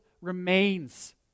remains